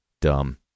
dumb